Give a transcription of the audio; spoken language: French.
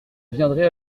viendrait